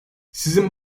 sizin